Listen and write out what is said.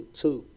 two